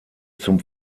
zum